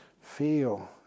feel